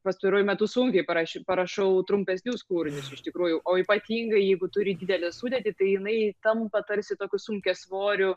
pastaruoju metu sunkiai paraš parašau trumpesnius kūrinius iš tikrųjų o ypatingai jeigu turi didelę sudėtį tai jinai tampa tarsi tokiu sunkiasvoriu